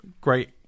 great